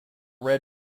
red